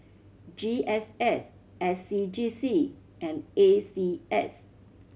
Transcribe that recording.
G S S S C G C and A C S